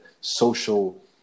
social